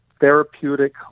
therapeutic